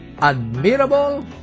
admirable